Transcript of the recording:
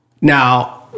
Now